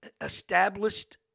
Established